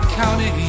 county